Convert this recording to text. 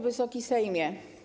Wysoki Sejmie!